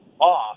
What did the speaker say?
off